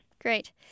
Great